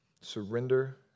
surrender